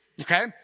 okay